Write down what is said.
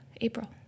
April